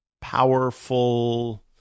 powerful